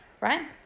right